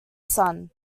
sun